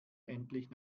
endlich